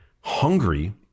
hungry